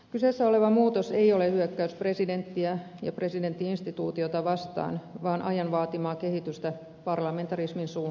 kyseessä oleva muutos ei ole hyökkäys presidenttiä ja presidentti instituutiota vastaan vaan ajan vaatimaa kehitystä parlamentarismin suuntaan